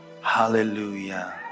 Hallelujah